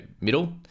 middle